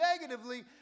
negatively